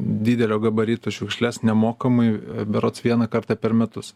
didelio gabarito šiukšles nemokamai berods vieną kartą per metus